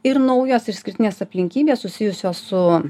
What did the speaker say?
ir naujos išskirtinės aplinkybės susijusios su